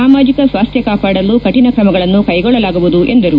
ಸಾಮಾಜಿಕ ಸ್ವಾಸ್ಟ್ಯ ಕಾಪಾಡಲು ಕಠಿಣ ಕ್ರಮಗಳನ್ನು ಕೈಗೊಳ್ಟಲಾಗುವುದು ಎಂದರು